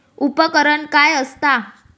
उपकरण काय असता?